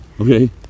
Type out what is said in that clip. okay